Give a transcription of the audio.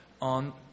on